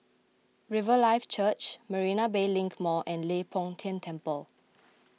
Riverlife Church Marina Bay Link Mall and Leng Poh Tian Temple